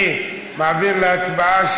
אני מעביר להצבעה,